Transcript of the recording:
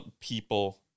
people